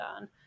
on